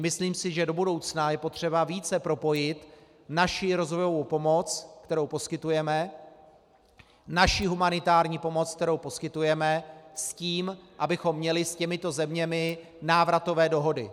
Myslím si, že do budoucna je potřeba více propojit naši rozvojovou pomoc, kterou poskytujeme, naši humanitární pomoc, kterou poskytujeme, s tím, abychom měli s těmito zeměmi návratové dohody.